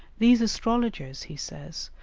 these astrologers, he says,